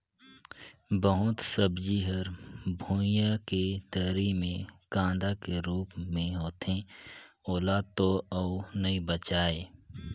बहुत सब्जी हर भुइयां के तरी मे कांदा के रूप मे होथे ओला तो अउ नइ बचायें